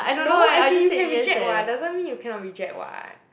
no as in you can reject [what] doesn't mean you cannot reject [what]